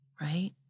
right